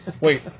Wait